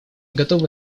готовы